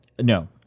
No